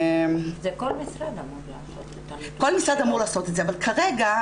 כל משרד אמור לעשות את ה --- כל משרד אמור לעשות את זה אבל כרגע,